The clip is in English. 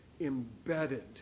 embedded